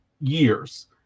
years